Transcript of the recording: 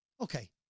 Okay